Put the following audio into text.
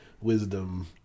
wisdom